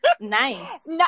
Nice